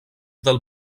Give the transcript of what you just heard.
del